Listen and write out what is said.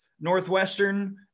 Northwestern –